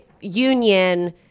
union